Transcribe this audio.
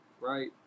right